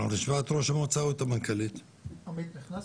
מנכ"לית המועצה,